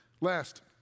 Last